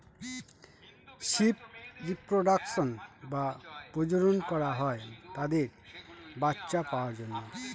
sheep reproduction বা প্রজনন করা হয় তাদের বাচ্চা পাওয়ার জন্য